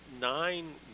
nine